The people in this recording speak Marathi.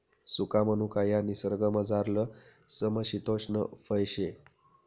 सुका मनुका ह्या निसर्गमझारलं समशितोष्ण फय शे